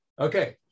Okay